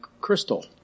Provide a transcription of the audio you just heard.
crystal